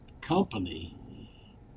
company